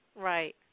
right